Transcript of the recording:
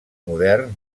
moderns